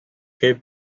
créé